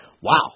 Wow